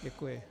Děkuji.